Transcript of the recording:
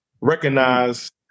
recognize